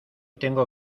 tengo